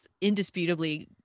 indisputably